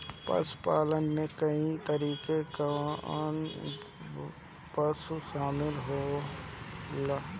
पशुपालन में कई तरीके कअ पशु शामिल होलन